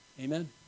Amen